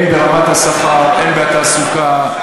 הן ברמת השכר, הן בתעסוקה,